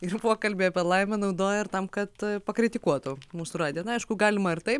ir pokalbį apie laimę naudoja ir tam kad pakritikuotų mūsų radiją na aišku galima ir taip